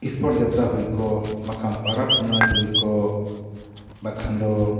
sport ᱡᱟᱛᱛᱨᱟ ᱦᱩᱭ ᱠᱚᱜ ᱵᱟᱠᱷᱟᱱ ᱯᱚᱨᱚᱵᱽ ᱯᱩᱱᱟᱹᱭ ᱠᱚ ᱦᱩᱭ ᱠᱚᱜ ᱵᱟᱠᱷᱟᱱ ᱫᱚ